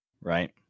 right